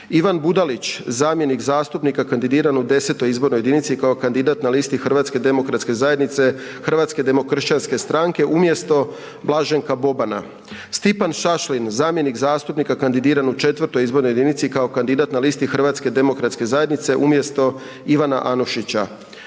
Ivan Budalić, zamjenik zastupnika kandidiran u X. izbornoj jedinici kao kandidat na listi Hrvatske demokratske zajednice i Hrvatske demokršćanske stranke umjesto Blaženka Bobana. Stipan Šašlin zamjenik zastupnika kandidiran u IV. izbornoj jedinici kao kandidat na listi Hrvatske demokratske zajednice umjesto Ivana Anušića.